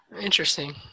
Interesting